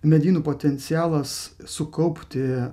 medynų potencialas sukaupti